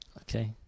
Okay